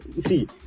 see